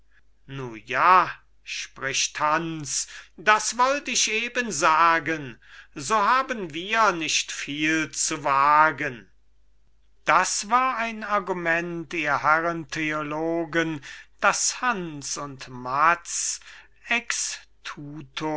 ja spricht hans das wollt ich eben sagen so haben wir nicht viel zu wagen das war ein argument ihr herren theologen das hans und